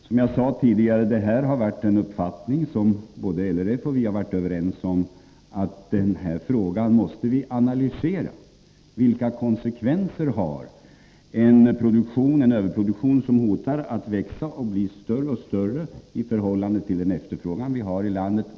Som jag sade tidigare har LRF och vi delat uppfattningen att vi måste analysera frågan: Vilka ekonomiska och andra konsekvenser på utvecklingen har en överproduktion, som hotar att växa och bli större och större i förhållande till efterfrågan i landet?